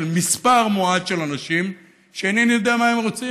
של מספר מועט של אנשים שאינני יודע מהם רוצים.